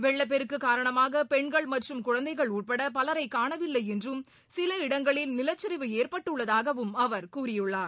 வெள்ளப் பெருக்கு காரணமாக பெண்கள் மற்றும் குழந்தைகள் உட்பட பலரை காணவில்லை என்றும் சில இடங்களில் நிலச்சரிவு ஏற்பட்டுள்ளதாகவும் அவர் கூறியுள்ளார்